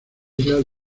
islas